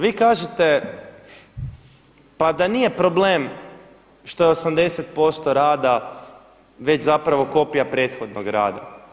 Vi kažete pa da nije problem što je 80% rada već zapravo kopija prethodnog rada.